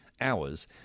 Hours